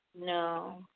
No